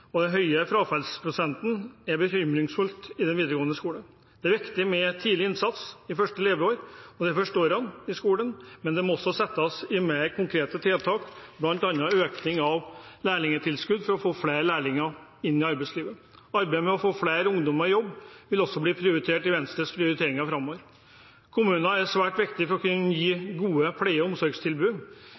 og den høye frafallsprosenten i videregående skole er bekymringsfullt. Det er viktig med tidlig innsats i første leveår og de første årene i skolen, men det må også settes inn mer konkrete tiltak, bl.a. økning av lærlingtilskudd for å få flere lærlinger inn i arbeidslivet. Arbeidet med å få flere ungdommer i jobb vil også bli prioritert av Venstre framover. Kommunen er svært viktig for å kunne gi gode pleie- og omsorgstilbud,